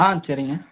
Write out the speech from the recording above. ஆ சரிங்க